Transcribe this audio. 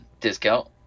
discount